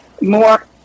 more